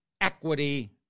equity